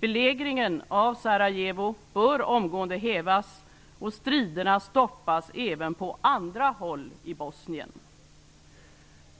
Belägringen av Sarajevo bör omgående hävas och striderna stoppas även på andra håll i